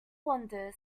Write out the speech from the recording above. wanders